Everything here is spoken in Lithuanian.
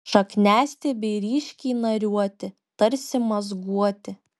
šakniastiebiai ryškiai nariuoti tarsi mazguoti